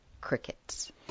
Crickets